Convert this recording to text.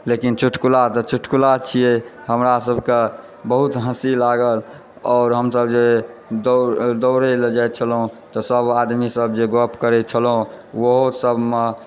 लेकिन चुटकुला तऽ चुटकुला छियै हमरा सभकऽ बहुत हँसी लागल आओर हमसभ जे दौड़य लए जाइ छलहुँ तऽ सभ आदमीसभ जे गप करैत छलहुँ ओहो सभमे